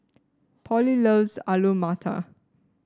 Polly loves Alu Matar